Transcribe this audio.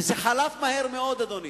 וזה חלף מהר מאוד, אדוני.